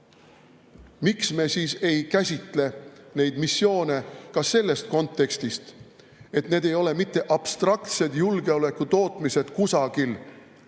Miks me siis ei käsitle neid missioone ka selles kontekstis, et need ei oleks mitte abstraktsed julgeoleku tootmised kusagil,